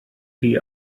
chi